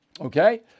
okay